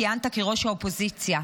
כיהנת כראש האופוזיציה,